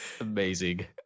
amazing